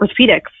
orthopedics